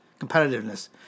competitiveness